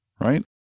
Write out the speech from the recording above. right